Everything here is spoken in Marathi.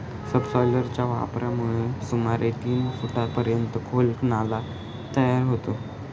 सबसॉयलरच्या वापरामुळे सुमारे तीन फुटांपर्यंत खोल नाला तयार होतो